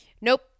Nope